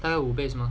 大概五倍是吗